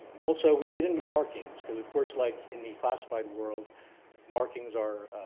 also, we get into markings because of course like in the classified world markings are